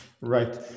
Right